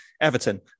Everton